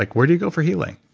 like where do you go for healing?